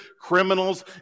criminals